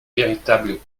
véritable